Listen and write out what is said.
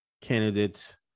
candidates